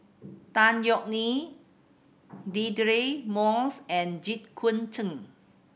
Tan Yeok Nee Deirdre Moss and Jit Koon Ch'ng